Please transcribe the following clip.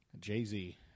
Jay-Z